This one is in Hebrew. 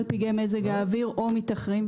פגעי מזג האוויר או הטיסות מתאחרות.